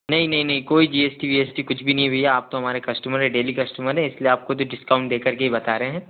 नहीं नहीं नहीं कोई G S T V S T कुछ भी नहीं है भैया आप तो हमारे कस्टमर हैं डेली कस्टमर हैं इसलिए आपको तो डिस्काउंट देकर की बता रहे हैं